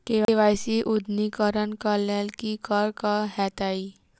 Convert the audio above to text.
KYC अद्यतनीकरण कऽ लेल की करऽ कऽ हेतइ?